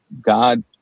God